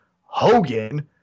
Hogan